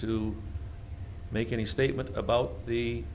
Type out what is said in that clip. to make any statement about the